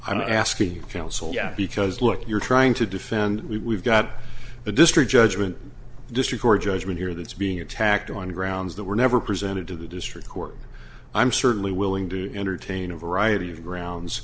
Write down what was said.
i'm not asking your counsel because look you're trying to defend we've got the district judgment district or judgment here that's being attacked on grounds that were never presented to the district court i'm certainly willing to entertain a variety of grounds